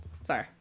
Sorry